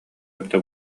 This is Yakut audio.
эбитэ